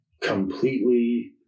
completely